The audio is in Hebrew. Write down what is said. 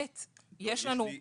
יש לי שאלה,